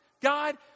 God